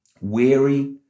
weary